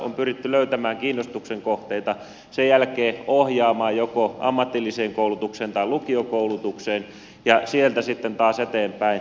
on pyritty löytämään kiinnostuksen kohteita sen jälkeen ohjaamaan joko ammatilliseen koulutukseen tai lukiokoulutukseen ja sieltä sitten taas aktiivisella oppilaanohjauksella eteenpäin